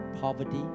poverty